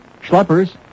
schleppers